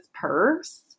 purse